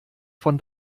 von